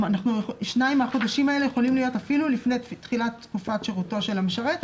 שניים מהחודשים האלה יכולים להיות אפילו לפני תחילת תקופתו של המשרת,